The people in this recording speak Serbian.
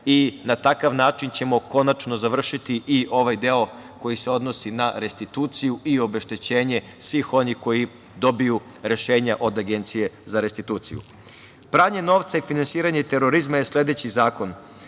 i na takav način ćemo konačno završiti i ovaj deo koji se odnosi na restituciju i obeštećenje svih onih koji dobiju rešenje od Agencije za restituciju. Pranje novca i finansiranje terorizma je sledeći zakon